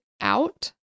out